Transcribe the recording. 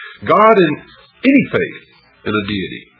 god and any faith in a deity,